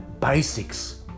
basics